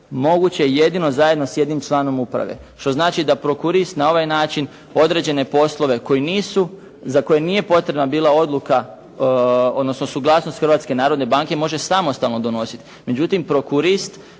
moguće je jedino zajedno s jednim članom uprave. Što znači da prokurist na ovaj način određene poslove za koje nije potrebna bila odluka, odnosno suglasnost Hrvatske narodne banke može samostalno donositi. Međutim prokurist